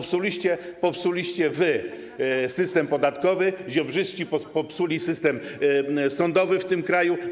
Wy popsuliście system podatkowy, ziobryści popsuli system sądowy w tym kraju.